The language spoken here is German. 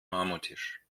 marmortisch